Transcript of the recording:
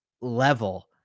level